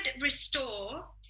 restore